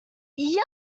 yummy